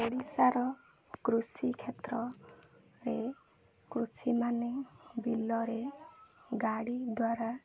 ଓଡ଼ିଶାର କୃଷି କ୍ଷେତ୍ରରେ କୃଷିମାନେ ବିଲରେ ଗାଡ଼ି ଦ୍ୱାରା